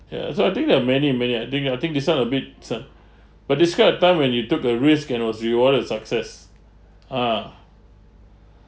ya so I think there are many many I think ah I think this one a bit son but describe of time when you took a risk and was rewarded a success ah